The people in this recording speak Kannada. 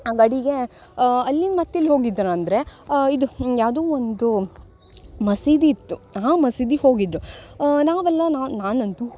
ಕಡಿಗೆ ಅಲ್ಲಿಂದ ಮತ್ತೆ ಇಲ್ಲಿ ಹೋಗಿದ್ರಂದರೆ ಇದು ಯಾವುದು ಒಂದು ಮಸೀದಿ ಇತ್ತು ಆ ಮಸೀದಿ ಹೋಗಿದ್ದರು ನಾವೆಲ್ಲ ನಾನಂತೂ